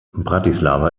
bratislava